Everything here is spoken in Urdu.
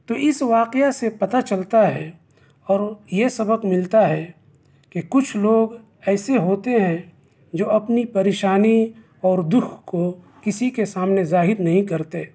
تو اس واقعہ سے پتا چلتا ہے اور یہ سبق ملتا ہے کہ کچھ لوگ ایسے ہوتے ہیں جو اپنی پریشانی اور دکھ کو کسی کے سامنے ظاہر نہیں کرتے